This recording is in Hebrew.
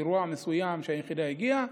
אירוע מסוים שהיחידה הגיעה,